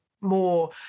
more